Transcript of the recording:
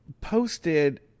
Posted –